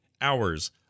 hours